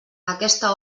aquesta